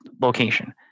location